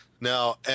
Now